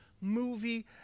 movie